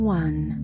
one